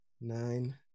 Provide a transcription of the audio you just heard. Nine